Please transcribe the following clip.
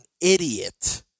idiot